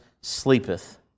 sleepeth